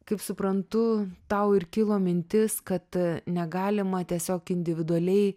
kaip suprantu tau ir kilo mintis kad negalima tiesiog individualiai